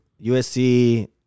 USC